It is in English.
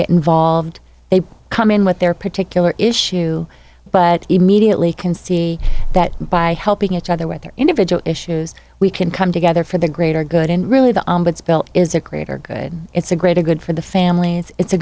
get involved they come in with their particular issue but even mediately can see that by helping each other with their individual issues we can come to there for the greater good and really the bill is a greater good it's a greater good for the families it's a